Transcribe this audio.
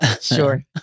sure